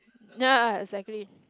ya exactly